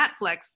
Netflix